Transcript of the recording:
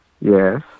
Yes